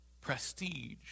prestige